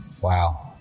Wow